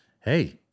hey